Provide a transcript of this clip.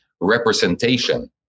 representation